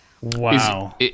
Wow